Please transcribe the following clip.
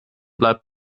bleibt